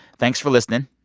thanks for listening.